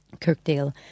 Kirkdale